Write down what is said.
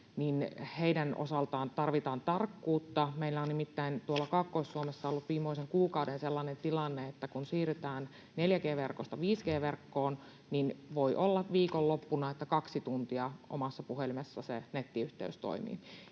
heidän osaltaan tarvitaan tarkkuutta. Meillä on nimittäin tuolla Kaakkois-Suomessa ollut viimeisen kuukauden sellainen tilanne, että kun siirrytään 4G-verkosta 5G-verkkoon, niin voi olla, että viikonloppuna kaksi tuntia omassa puhelimessa se nettiyhteys toimii.